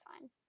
fine